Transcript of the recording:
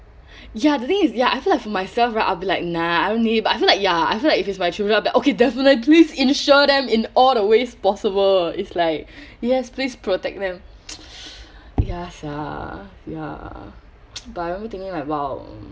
ya the thing is ya I feel like for myself right I'll be like nah I don't need it but I feel like ya I feel like if it's my children I'll be like okay definite please insure them in all the ways possible it's like yes please protect them ya sia ya but made me thinking like !wow!